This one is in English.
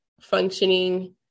functioning